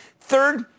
Third